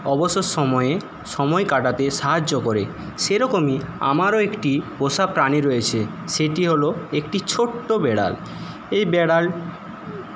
অবসর সময়ে সময় কাটাতে সাহায্য করে সেরকমই আমারও একটি পোষা প্রাণী রয়েছে সেটি হল একটি ছোট্ট বিড়াল এই বিড়ালটি